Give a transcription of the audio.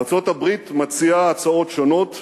ארצות-הברית מציעה הצעות שונות,